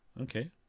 Okay